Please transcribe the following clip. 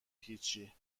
هیچی